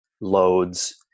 loads